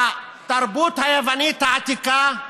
בתרבות היוונית העתיקה,